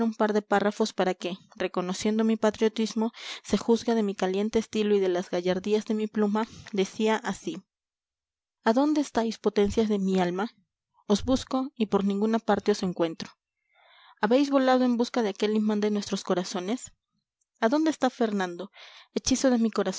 un par de párrafos para que reconociendo mi patriotismo se juzgue de mi caliente estilo y de las gallardías de mi pluma decía así a dónde estáis potencias de mi alma os busco y por ninguna parte os encuentro habéis volado en busca de aquel imán de nuestros corazones a dónde está fernando hechizo de mi